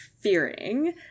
fearing